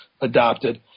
adopted